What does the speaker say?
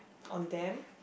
on them